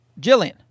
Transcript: Jillian